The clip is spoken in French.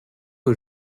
que